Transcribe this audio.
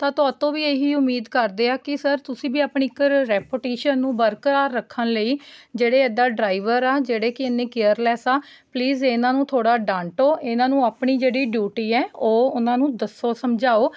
ਤਾਂ ਤੁਹਾਡੇ ਤੋਂ ਵੀ ਇਹੀ ਉਮੀਦ ਕਰਦੇ ਹਾਂ ਕਿ ਸਰ ਤੁਸੀਂ ਵੀ ਆਪਣੀ ਇੱਕ ਰੈਪੋਟੇਸ਼ਨ ਨੂੰ ਬਰਕਰਾਰ ਰੱਖਣ ਲਈ ਜਿਹੜੇ ਏਦਾਂ ਡਰਾਈਵਰ ਆ ਜਿਹੜੇ ਕਿ ਐਨੇ ਕੇਅਰਲੈੱਸ ਆ ਪਲੀਸ ਇਨ੍ਹਾਂ ਨੂੰ ਥੋੜ੍ਹਾ ਡਾਂਟੋ ਇਨ੍ਹਾਂ ਨੂੰ ਆਪਣੀ ਜਿਹੜੀ ਡਿਊਟੀ ਆ ਉਹ ਉਨ੍ਹਾਂ ਨੂੰ ਦੱਸੋ ਸਮਝਾਉ